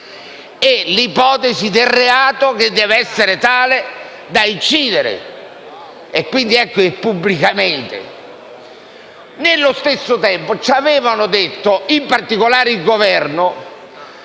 e l'ipotesi del reato che deve essere tale da incidere e, quindi, ecco le ragioni del «pubblicamente». Allo stesso tempo ci avevano detto, in particolare il Governo,